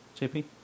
JP